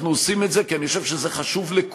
אני חושב שאנחנו עושים את זה כי זה חשוב לכולנו,